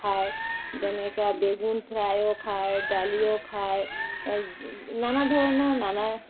খায় যেনেকা বেগুন ফ্ৰায়ো খায় দালিও খায় নানা ধৰণৰ নানা